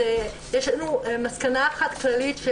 אז יש לנו מסקנה אחת כללית.